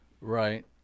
Right